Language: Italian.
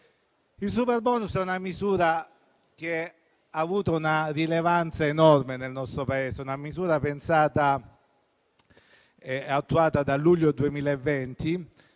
Il superbonus è una misura che ha avuto una rilevanza enorme nel nostro Paese; una misura pensata e attuata da luglio 2020,